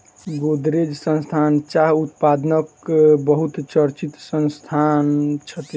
गोदरेज संस्थान चाह उत्पादनक बहुत चर्चित संस्थान अछि